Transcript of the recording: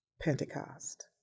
Pentecost